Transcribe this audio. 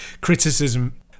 criticism